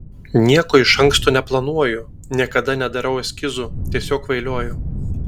nieko iš anksto neplanuoju niekada nedarau eskizų tiesiog kvailioju